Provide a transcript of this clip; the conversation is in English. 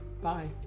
Bye